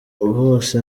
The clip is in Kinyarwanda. bose